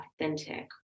authentic